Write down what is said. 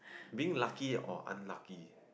being lucky or unlucky